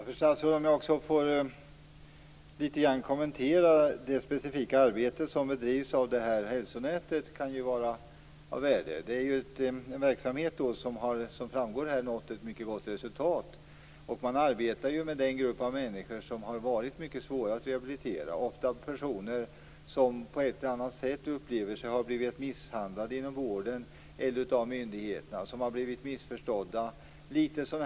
Herr talman! Det kan kanske vara av värde att litet grand kommentera det arbete som bedrivs av Hälsonätet. Denna verksamhet har, som framgått här, nått ett mycket gott resultat. Man arbetar med en grupp av människor som har varit mycket svåra att rehabilitera, oftast personer som på ett eller annat sätt upplevt sig ha blivit misshandlade inom vården eller ha blivit missförstådda av myndigheterna.